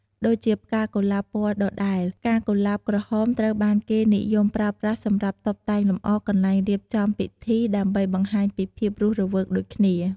ដូចជាផ្កាកុលាបពណ៌ដដែរ ផ្កាកុលាបក្រហមត្រូវបានគេនិយមប្រើប្រាស់សម្រាប់ តុបតែងលម្អកន្លែងរៀបចំពិធី ដើម្បីបង្ហាញពីភាពរស់រវើកដូចគ្នា។